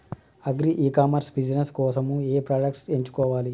Agri e commerce business కోసము ఏ products ఎంచుకోవాలి?